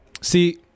see